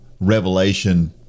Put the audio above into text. revelation